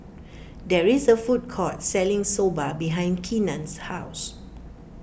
there is a food court selling Soba behind Keenan's house